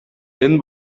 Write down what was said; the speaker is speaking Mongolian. энэ